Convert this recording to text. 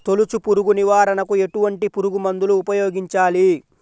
తొలుచు పురుగు నివారణకు ఎటువంటి పురుగుమందులు ఉపయోగించాలి?